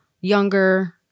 Younger